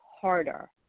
harder